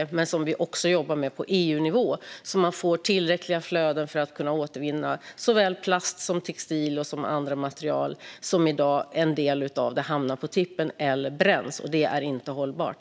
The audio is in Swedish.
Vi jobbar med det också på EU-nivå, så att man ska kunna få tillräckliga flöden för att återvinna såväl plast som textilier och andra material. En del av det hamnar i dag på tippen eller bränns. Det är inte hållbart.